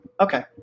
Okay